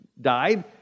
died